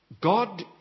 God